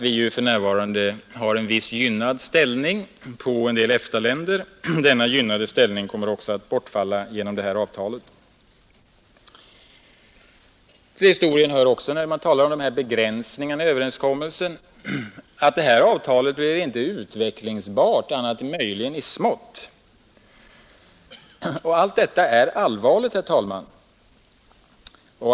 Vi har för närvarande också en viss gynnad ställning i förhållande till en del EFTA-länder, och även denna gynnade ställning kommer att bortfalla genom detta avtal. När man talar om begränsningarna i överenskommelsen hör det också till historien att detta avtal inte är utvecklingsbart annat än möjligen i smått. Allt detta är allvarligt.